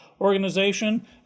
organization